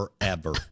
forever